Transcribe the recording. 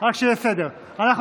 שיהיה סדר: ראשית,